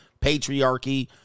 patriarchy